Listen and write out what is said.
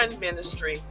ministry